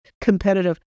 competitive